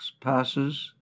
passes